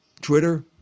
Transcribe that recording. Twitter